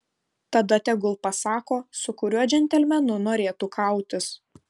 tada tegul pasako su kuriuo džentelmenu norėtų kautis